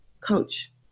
coach